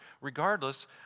regardless